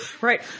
Right